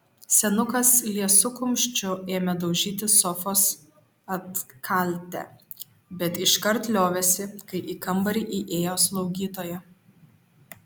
senukas liesu kumščiu ėmė daužyti sofos atkaltę bet iškart liovėsi kai į kambarį įėjo slaugytoja